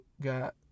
got